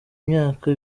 imyaka